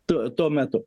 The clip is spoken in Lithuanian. tu tuo metu